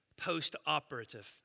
post-operative